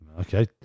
Okay